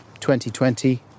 2020